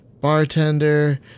Bartender